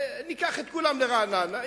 ניקח את כולם לרעננה,